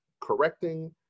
correcting